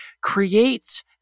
create